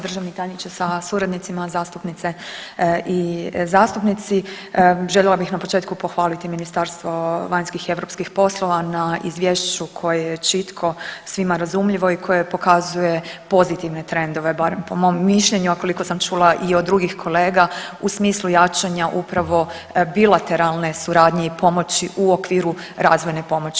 Državni tajniče sa suradnicima, zastupnice i zastupnici, željela bih na početku pohvaliti Ministarstvo vanjskih i europskih poslova na izvješću koje je čitko, svima razumljivo i koje pokazuje pozitivne trendove barem po mom mišljenju, a koliko sam čula i od drugih kolega u smislu jačanja upravo bilateralne suradnje i pomoći u okviru razvojne pomoći.